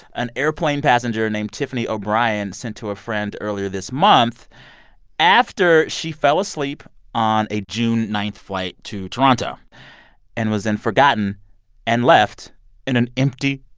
an airplane passenger named tiffani o'brien sent to a friend earlier this month after she fell asleep on a june nine flight to toronto and was then forgotten and left in an empty,